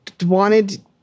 wanted